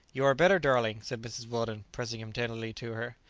you are better, darling! said mrs. weldon, pressing him tenderly to her.